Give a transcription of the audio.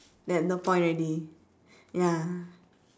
then no point already ya